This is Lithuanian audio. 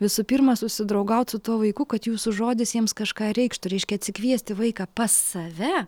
visų pirma susidraugaut su tuo vaiku kad jūsų žodis jiems kažką reikštų reiškia atsikviesti vaiką pas save